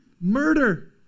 murder